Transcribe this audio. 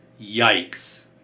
yikes